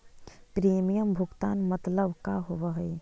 Premium भुगतान मतलब का होव हइ?